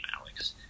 Alex